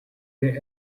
the